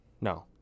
No